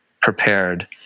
prepared